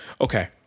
Okay